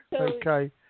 Okay